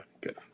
good